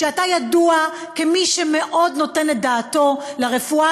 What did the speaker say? שידוע כמי שמאוד נותן את דעתו לרפואה